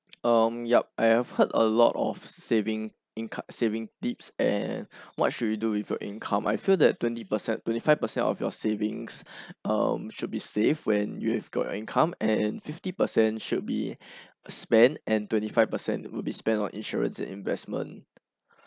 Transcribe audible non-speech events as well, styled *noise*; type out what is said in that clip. um yup I have heard a lot of saving income saving tips and *breath* what should you do with your income I feel that twenty percent twenty five percent of your savings *breath* um should be saved when you've got your income and fifty percent should be *breath* spend and twenty five percent will be spent on insurance and investment *breath*